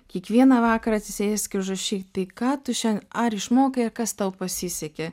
kiekvieną vakarą atsisėsk ir užrašyk tai ką tu šiandien ar išmokai ar kas tau pasisekė